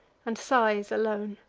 and sighs alone